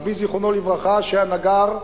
אבי זיכרונו לברכה שהיה נגר,